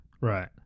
right